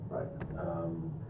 Right